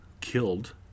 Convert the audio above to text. killed